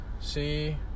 see